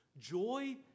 joy